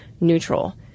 neutral